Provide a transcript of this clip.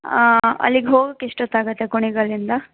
ಅಲ್ಲಿಗೆ ಹೋಗಕ್ಕೆ ಎಷ್ಟೊತ್ತು ಆಗತ್ತೆ ಕುಣಿಗಲ್ಲಿಂದ